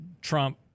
Trump